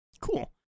cool